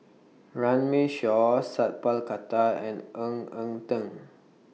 Runme Shaw Sat Pal Khattar and Ng Eng Teng